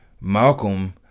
Malcolm